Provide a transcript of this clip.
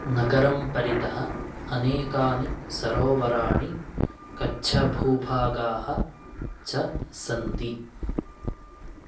नगरं परितः अनेकानि सरोवराणि कच्छभूभागाः च सन्ति